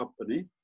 company